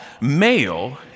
male